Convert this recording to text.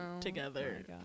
together